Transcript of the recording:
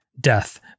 Death